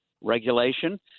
regulation